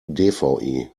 dvi